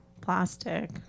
plastic